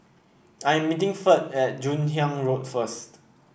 I am meeting Ferd at Joon Hiang Road first